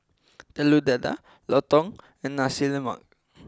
Telur Dadah Lontong and Nasi Lemak